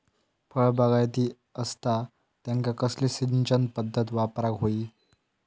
फळबागायती असता त्यांका कसली सिंचन पदधत वापराक होई?